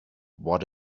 what